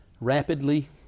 rapidly